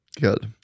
Good